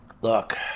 Look